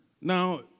Now